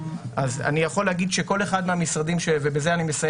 אני יכול להגיד שכל אחד מהמשרדים שלקח